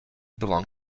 belong